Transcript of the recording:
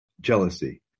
jealousy